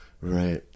right